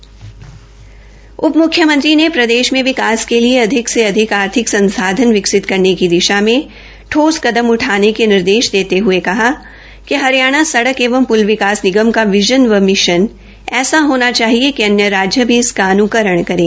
श्री दृष्यंत चौटाला ने प्रदेश में विकास के लिए अधिक से अधिक आर्थिक संसाधन विकसित करने की दिशा में ठोस कदम उठाने के निर्देश देते हए कहा कि हरियाणा सड़क एवं प्ल विकास निगम का विजन व मिशन ऐसा होना चाहिए कि अन्य राज्य भी इसका अन्करण करें